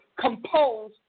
compose